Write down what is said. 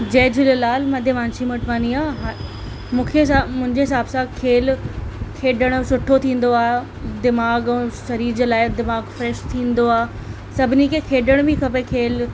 जय झूलेलाल मां देवांशी मोटवानी आहियां मूंखे छा मुंहिंजे हिसाब सां खेल खेॾणु सुठो थींदो आहे दिमाग़ ऐं शरीर जे लाइ दिमाग़ फ्रैश थींदो आहे सभिनी खे खेॾण बि खपे खेल